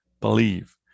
believe